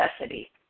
necessity